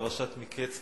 פרשת מקץ,